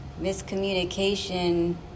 miscommunication